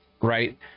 right